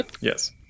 Yes